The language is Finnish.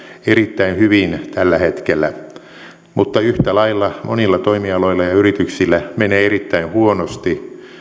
erittäin hyvin tällä hetkellä mutta yhtä lailla monilla toimialoilla ja yrityksillä menee erittäin huonosti